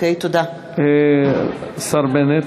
השר בנט?